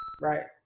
Right